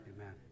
Amen